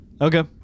Okay